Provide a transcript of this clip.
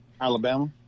Alabama